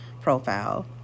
profile